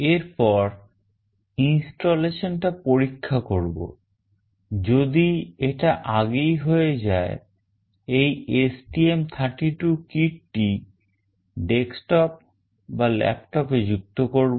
এরপর installation টা পরীক্ষা করব যদি এটা আগেই হয়ে যায় এই STM32 kit টি desktop বা laptop এ যুক্ত করবো